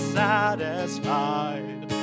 satisfied